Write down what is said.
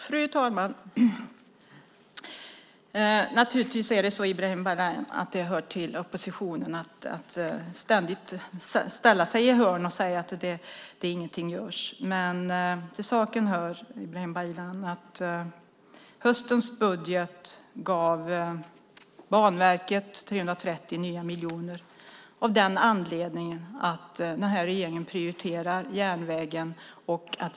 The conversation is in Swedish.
Fru talman! Det hör till oppositionen att ständigt ställa sig i ett hörn och säga att det ingenting görs, Ibrahim Baylan. Men till saken hör att höstens budget gav Banverket 330 nya miljoner av den anledningen att regeringen prioriterar järnvägen.